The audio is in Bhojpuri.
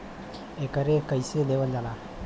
एकरके कईसे लेवल जाला?